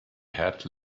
had